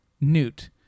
Newt